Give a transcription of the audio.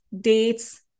dates